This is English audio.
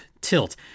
tilt